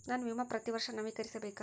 ನನ್ನ ವಿಮಾ ಪ್ರತಿ ವರ್ಷಾ ನವೇಕರಿಸಬೇಕಾ?